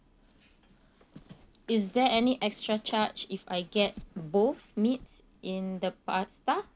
is there any extra charge if I get both meats in the pasta